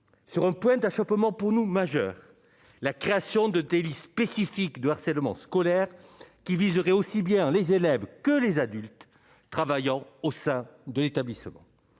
sur un point d'achoppement pour nous majeur : la création de délit spécifique de harcèlement scolaire qui viserait aussi bien les élèves que les adultes travaillant au sein de l'établissement,